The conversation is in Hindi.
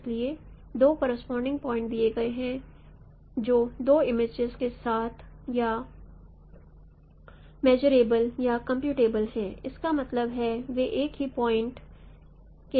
इसलिए दो करोसपोंडिंग पॉइंट दिए गए हैं जो दो इमेजेस के साथ या मेजरेबल या कम्प्यूटेबल हैं इसका मतलब है वे एक ही पॉइंट के पॉइंटस हैं